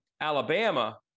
Alabama